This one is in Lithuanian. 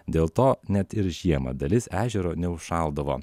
dėl to net ir žiemą dalis ežero neužšaldavo